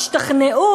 ישתכנעו,